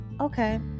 Okay